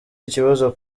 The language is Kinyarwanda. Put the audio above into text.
ikibazo